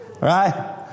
Right